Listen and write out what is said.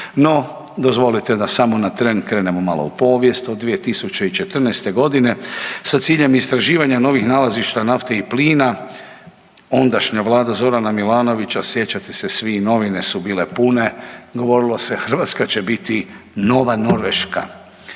No, dozvolite da samo na tren krenemo malo u povijest, od 2014.g. sa ciljem istraživanja novih nalazišta nafte i plina ondašnja vlada Zorana Milanovića, sjećate se svi novine su bile pune, govorilo se Hrvatska će biti nova Norveška.